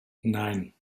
nein